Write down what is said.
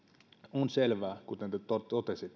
on selvää kuten te totesitte että